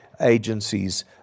agencies